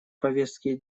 повестки